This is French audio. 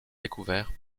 découverts